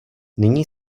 nyní